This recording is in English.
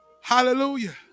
Hallelujah